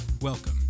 Welcome